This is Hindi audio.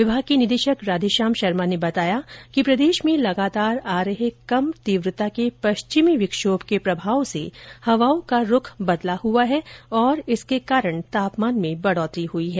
विभाग के निदेशक राधेश्याम शर्मा ने बताया कि प्रदेश में लगातार आ रहे कम तीव्रता के पश्चिमी विक्षोभ के प्रभाव से हवाओं का रूख बदला हुआ है और इसके कारण तापमान में बढ़ोतरी हुई है